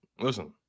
Listen